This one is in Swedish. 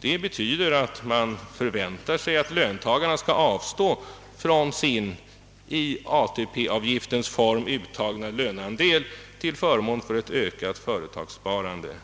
Det betyder att man förväntar sig att löntagarna skall avstå från sin i ATP-avgiftens form uttagna löneandel till förmån för ett ökat företagssparande.